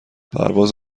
پرواز